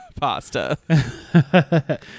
Pasta